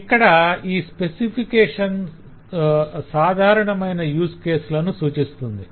ఇక్కడ ఈ స్పెసిఫికేషన్ సాధారణమైన యూస్ కేసు లను సూచిస్తుంది